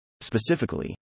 Specifically